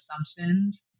assumptions